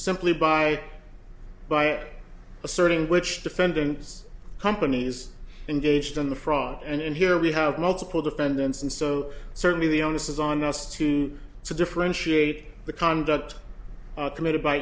simply by by asserting which defendants companies engaged in the fraud and here we have multiple defendants and so certainly the onus is on us to to differentiate the conduct committed by